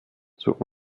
zur